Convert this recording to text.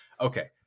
okay